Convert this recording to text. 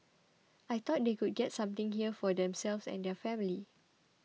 I thought they could get something here for themselves and their families